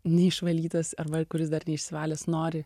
neišvalytas arba kuris dar neišsivalęs nori